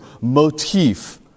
motif